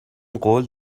قول